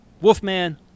Wolfman